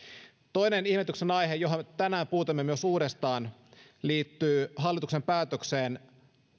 toinen ihmetyksen aihe johon me tänään puutuimme myös uudestaan liittyy hallituksen päätökseen